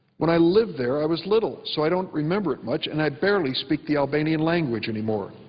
when i lived there i was little, so i don't remember it much and i barely speak the albanian language anymore.